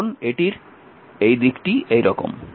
কারণ এটির দিকটি এইরকম